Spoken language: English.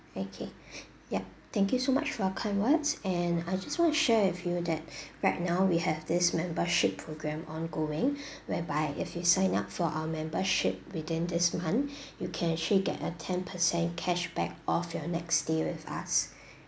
okay yup thank you so much for your kind words and I just want to share with you that right now we have this membership programme ongoing whereby if you sign up for our membership within this month you can actually get a ten percent cashback off your next stay with us